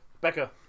Becca